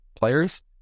players